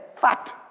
Fact